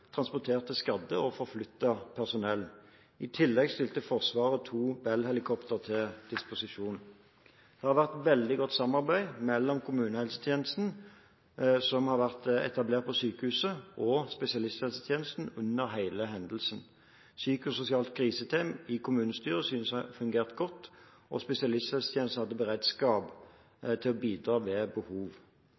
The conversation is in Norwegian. skadde og forflyttet personell. I tillegg stilte Forsvaret to Bell-helikoptre til disposisjon. Det har vært veldig godt samarbeid mellom kommunehelsetjenesten, som har vært etablert på sykehuset, og spesialisthelsetjenesten under hele hendelsen. Psykososiale kriseteam i kommunene synes å ha fungert godt, og spesialisthelsetjenesten hadde beredskap til å bidra ved behov.